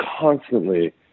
constantly